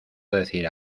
decir